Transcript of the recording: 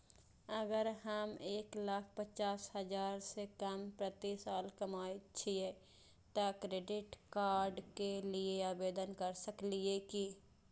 अगर हम एक लाख पचास हजार से कम प्रति साल कमाय छियै त क्रेडिट कार्ड के लिये आवेदन कर सकलियै की?